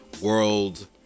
world